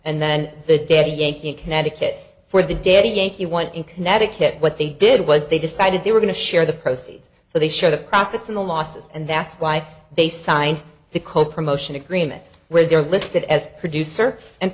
and then the dead yankee in connecticut for the dead yankee one in connecticut what they did was they decided they were going to share the proceeds so they share the profits in the losses and that's why they signed the co promotion agreement where they're listed as producer and